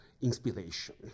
inspiration